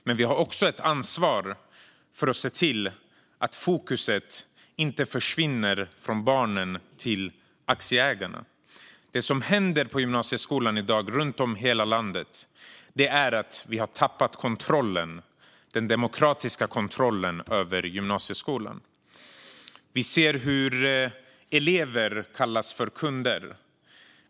Men vi har också ansvar för att se till att fokus inte försvinner från barnen till aktieägarna. Det som händer på gymnasieskolan i dag runt om i hela landet är att vi tappar den demokratiska kontrollen över gymnasieskolan. Vi ser hur elever kallas för kunder.